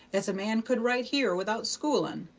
as a man could write here without schooling,